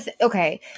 Okay